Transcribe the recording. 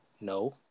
No